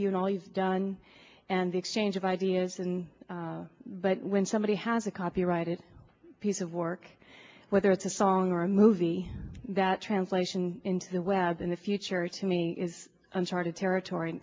you've done and exchange of ideas and but when somebody has a copyrighted piece of work whether it's a song or a movie that translation into the web in the future to me is uncharted territory